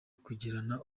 kugirana